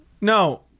No